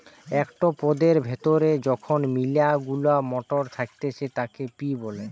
একটো পদের ভেতরে যখন মিলা গুলা মটর থাকতিছে তাকে পি বলে